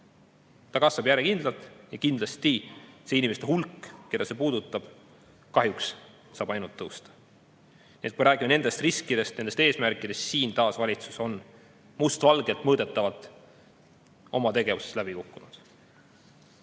Ta kasvab järjekindlalt ja kindlasti see inimeste hulk, keda see puudutab, kahjuks saab ainult tõusta. Nii et kui me räägime nendest riskidest, nendest eesmärkidest, siis siin on valitsus must valgel mõõdetavalt oma tegevuses läbi kukkunud. Räägime